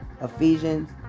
Ephesians